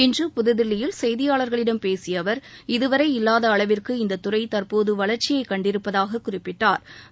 இன்று புதுதில்லியில் செய்தியாளர்களிடம் பேசிய அவர் இதுவரை இல்லாத அளவிற்கு இந்த துறை தற்போது வளர்ச்சியை கண்டிருப்பதாக குறிப்பிட்டாா்